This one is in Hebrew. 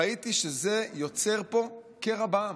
ראיתי שזה יוצר פה קרע בעם.